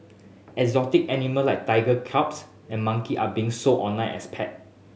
exotic animal like tiger cubs and monkey are being sold online as pet